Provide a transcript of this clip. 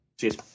Cheers